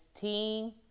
team